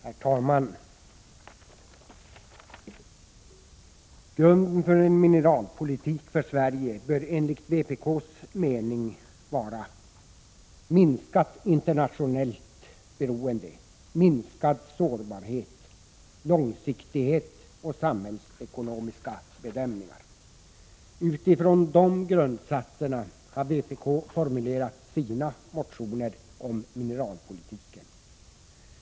Herr talman! Grunden för en mineralpolitik för Sverige bör enligt vpk:s mening vara minskat internationellt beroende, minskad sårbarhet, långsiktighet och samhällsekonomiska bedömningar. Utifrån de grundsatserna har vpk formulerat sina motioner om mineralpolitiken.